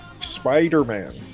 Spider-Man